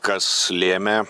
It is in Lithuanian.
kas lėmė